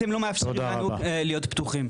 אתם לא מאפשרים לנו להיות פתוחים.